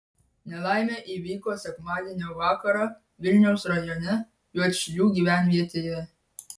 nelaimė įvyko sekmadienio vakarą vilniaus rajone juodšilių gyvenvietėje